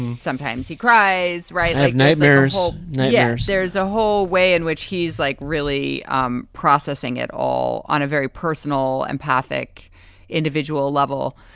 sometimes he cries. right. like nightmares all night. yeah there's a whole way in which he's, like, really um processing it all on a very personal, empathic individual level.